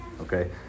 Okay